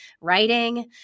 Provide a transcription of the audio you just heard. writing